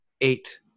eight